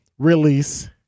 release